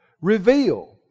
reveal